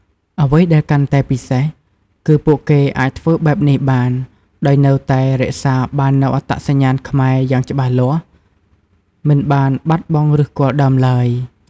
អ្វីដែលកាន់តែពិសេស គឺពួកគេអាចធ្វើបែបនេះបានដោយនៅតែ រក្សាបាននូវអត្តសញ្ញាណខ្មែរ យ៉ាងច្បាស់លាស់ មិនបានបាត់បង់ឫសគល់ដើមឡើយ។